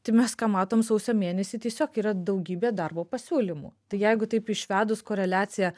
tai mes ką matom sausio mėnesį tiesiog yra daugybė darbo pasiūlymų tai jeigu taip išvedus koreliaciją